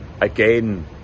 again